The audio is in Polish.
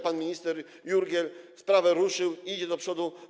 Pan minister Jurgiel sprawę ruszył, idzie do przodu.